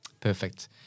Perfect